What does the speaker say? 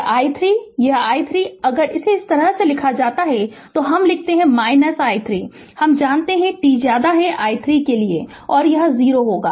तो यह i 3 यह i 3 अगर इसे इस तरह दिया जाता है तो हम लिखते हैं i 3 हम जानते हैं t i 3 के लिए यह होगा यह 0 होगा